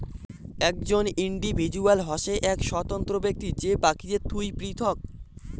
একজন ইন্ডিভিজুয়াল হসে এক স্বতন্ত্র ব্যক্তি যে বাকিদের থুই পৃথক